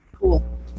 Cool